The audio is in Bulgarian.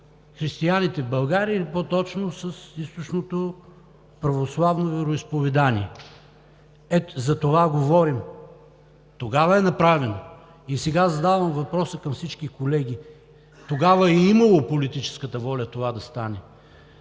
християните в България или по-точно с източното православно вероизповедание. Ето за това говорим, тогава е направено. И сега задавам въпроса към всички колеги: тогава е имало политическата воля това да стане,